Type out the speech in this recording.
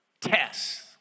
tests